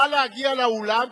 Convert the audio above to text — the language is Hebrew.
נא להגיע לאולם,